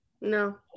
no